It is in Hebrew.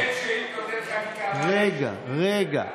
אין שאילתות, אין חקיקה, רגע, רגע.